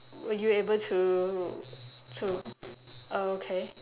were you able to to oh okay